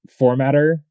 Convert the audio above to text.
formatter